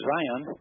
Zion